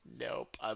Nope